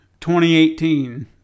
2018